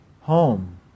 home